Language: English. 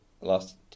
last